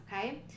Okay